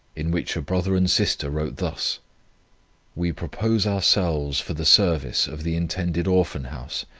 in which a brother and sister wrote thus we propose ourselves for the service of the intended orphan-house,